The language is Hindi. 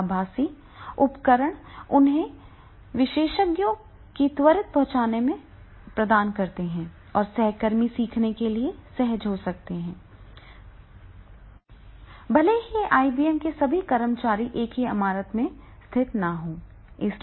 ये आभासी उपकरण उन्हें विशेषज्ञों की त्वरित पहुंच प्रदान करते हैं और सहकर्मी सीखने के लिए सहज हो सकते हैं भले ही आईबीएम के सभी कर्मचारी एक ही इमारत में स्थित न हों